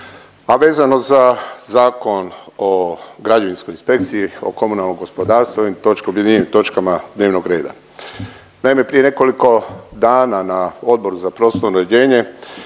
a vezano za Zakon o građevinskoj inspekciji, o komunalnom gospodarstvu i o ovim točkama, objedinjenim točkama dnevnog reda. Naime, prije nekoliko dana na Odboru za prostorno uređenje